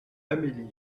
amélie